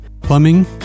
Plumbing